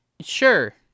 sure